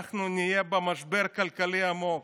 אנחנו נהיה במשבר כלכלי עמוק,